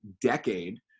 decade